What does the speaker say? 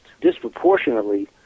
disproportionately